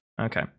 Okay